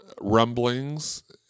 rumblings